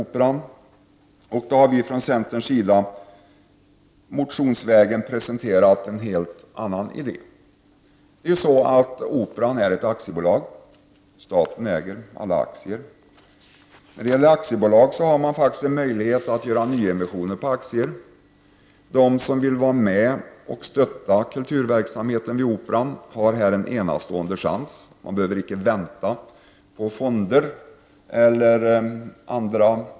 Då har vi från centern motionsvägen presenterat en helt annan idé. Operan drivs som ett aktiebolag. Staten äger alla aktier. I aktiebolag kan man företa en nyemission. De som vill vara med och stötta kulturverksamheten vid Operan har här en enastående chans. De behöver icke vänta på fonder eller annat.